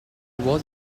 was